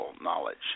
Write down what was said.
knowledge